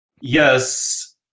yes